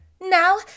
Now